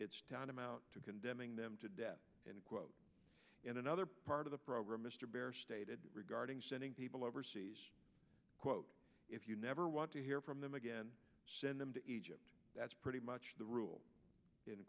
tantamount to condemning them to death and quote in another part of the program mr baer stated regarding sending people overseas quote if you never want to hear from them again send them to egypt that's pretty much the rule in